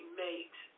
mate